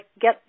get